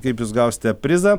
kaip jūs gausite prizą